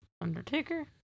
undertaker